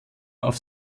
auf